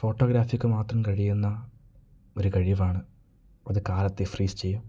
ഫോട്ടോഗ്രാഫിക്ക് മാത്രം കഴിയുന്ന ഒരു കഴിവാണ് അത് കാലത്തെ ഫ്രീസ് ചെയ്യും